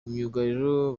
myugariro